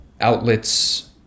outlets